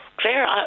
Claire